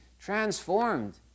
transformed